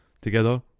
together